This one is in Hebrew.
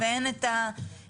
ואין את היכולת.